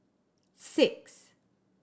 six